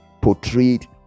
portrayed